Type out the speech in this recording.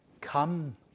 come